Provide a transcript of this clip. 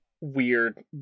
weird